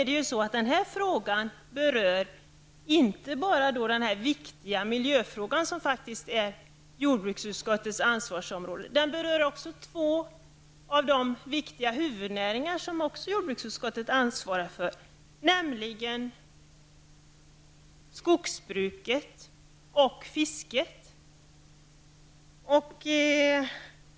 Det här ärendet berör ju inte bara den viktiga miljöfrågan, som faktiskt är jordbruksutskottets ansvarsområde, utan också två av de viktiga huvudnäringar som jordbruksutskottet också ansvarar för, nämligen skogsbruket och fisket.